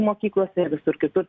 mokyklose ir visur kitur